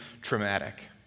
traumatic